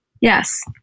Yes